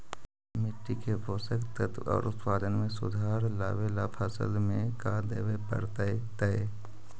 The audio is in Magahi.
मिट्टी के पोषक तत्त्व और उत्पादन में सुधार लावे ला फसल में का देबे पड़तै तै?